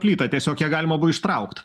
plyta tiesiog ją galima buvo ištraukt